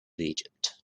egypt